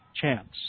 chance